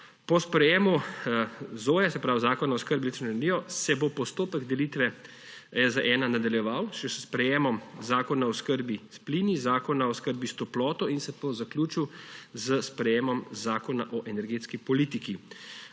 Po sprejemu ZOEE, se pravi Zakona o oskrbi z električno energijo, se bo postopek delitve EZ-1 nadaljeval še s sprejemom zakona o oskrbi s plini, zakona o oskrbi s toploto in se to zaključil s sprejemom zakona o energetski politiki.